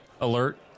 alert